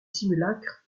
simulacre